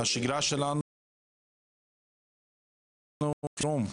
השגרה שלנו לצערנו זה סוג של חירום.